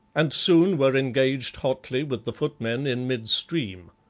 and soon were engaged hotly with the footmen in midstream.